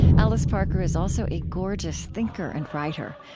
alice parker is also a gorgeous thinker and writer,